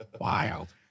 Wild